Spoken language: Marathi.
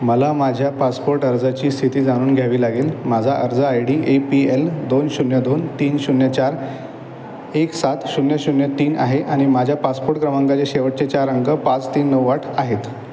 मला माझ्या पासपोर्ट अर्जाची स्थिती जाणून घ्यावी लागेल माझा अर्ज I D A P L दोन शून्य दोन तीन शून्य चार एक सात शून्य शून्य तीन आहे आणि माझ्या पासपोर्ट क्रमांकाचे शेवटचे चार अंक पाच तीन नऊ आठ आहेत